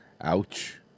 Ouch